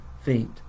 feet